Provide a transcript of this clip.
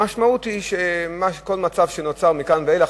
המשמעות היא שכל מצב שנוצר מכאן ואילך,